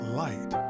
light